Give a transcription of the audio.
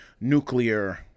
nuclear